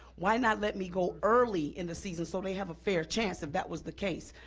why not let me go early in the season so they have a fair chance, if that was the case?